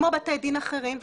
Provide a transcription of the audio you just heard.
כמו בתי דין אחרים,